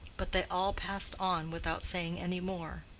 but they all passed on without saying any more.